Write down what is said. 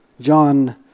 John